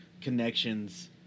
connections